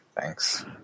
Thanks